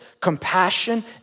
compassion